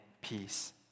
peace